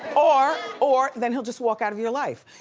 or or then he'll just walk out of your life.